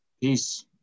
peace